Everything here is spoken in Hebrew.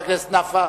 חבר הכנסת נפאע.